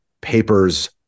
papers